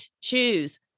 choose